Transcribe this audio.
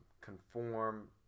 conform